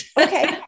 Okay